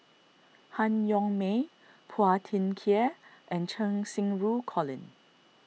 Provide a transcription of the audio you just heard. Han Yong May Phua Thin Kiay and Cheng Xinru Colin